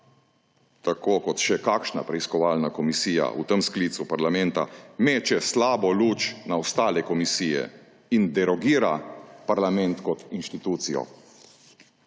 tako kot še kakšna preiskovalna komisija v tem sklicu parlamenta, meče slabo luč na ostale komisije in derogira parlament kot inštitucijo.